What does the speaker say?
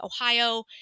Ohio